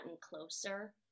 closer